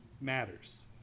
matters